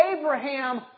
Abraham